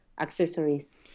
accessories